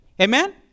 Amen